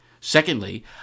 Secondly